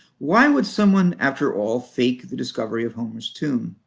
why would someone, after all, fake the discovery of homer's tomb?